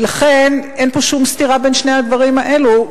ולכן אין פה שום סתירה בין שני הדברים האלה.